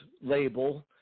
label